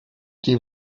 die